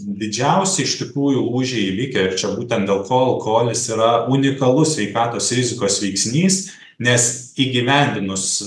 didžiausi iš tikrųjų lūžiai įvykę ir čia būtent dėl to alkoholis yra unikalus sveikatos rizikos veiksnys nes įgyvendinus